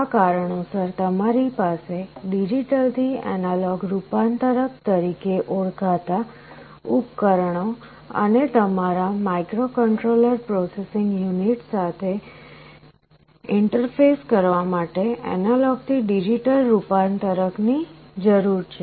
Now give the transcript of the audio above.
આ કારણોસર તમારી પાસે ડિજિટલ થી એનાલોગ રૂપાંતરક તરીકે ઓળખાતા ઉપકરણો અને તમારા માઇક્રોકન્ટ્રોલર પ્રોસેસિંગ યુનિટ સાથે ઇન્ટરફેસ કરવા માટે એનાલોગ થી ડિજિટલ રૂપાંતરક ની જરૂર છે